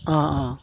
অ' অ'